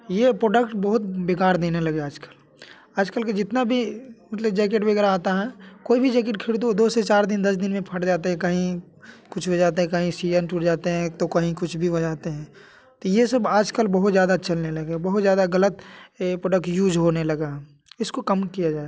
ये प्रोडक्ट बहुत बेकार देने लगे आजकल आजकल के जितना भी मतलब जैकेट वगैरह आता है कोई भी जैकेट खरीदो दो से चार दिन दस दिन में फट जाते है कहीं कुछ भी हो जाता है कहीं सियन टूट जाते हैं तो कहीं कुछ भी हो जाते हैं तो ये सब आजकल बहुत ज़्यादा चलने लगे बहुत ज़्यादा गलत ये प्रोडक्ट यूज होने लगा इसको कम किया जाए